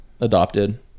adopted